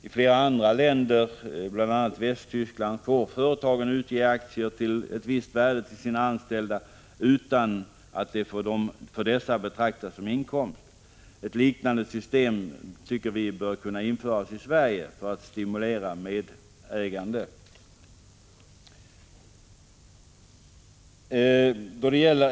I flera andra länder, bl.a. i Västtyskland, får företagen utge aktier till ett visst värde till sina anställda utan att det för de anställda betraktas som inkomst. Ett likande system bör kunna införas i Sverige för att stimulera medägande.